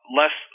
less